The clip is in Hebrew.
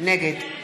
נגד